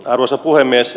arvoisa puhemies